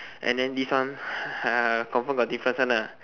and then this one confirm got difference one lah